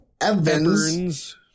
Evans